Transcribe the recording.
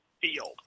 field